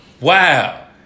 wow